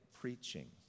preaching